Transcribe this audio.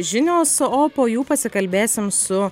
žinios o po jų pasikalbėsim su